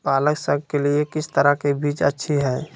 पालक साग के लिए किस तरह के बीज अच्छी है?